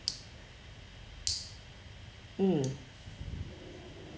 mm